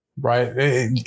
right